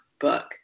book